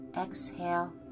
Exhale